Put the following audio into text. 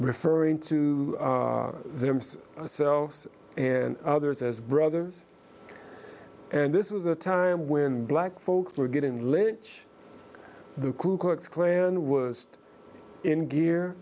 referring to them selves and others as brothers and this was a time when black folks were getting lynch the ku klux klan was in gear